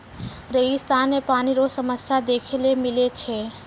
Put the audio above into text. रेगिस्तान मे पानी रो समस्या देखै ले मिलै छै